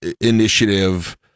initiative